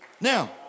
Now